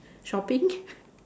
shopping